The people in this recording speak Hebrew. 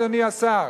אדוני השר,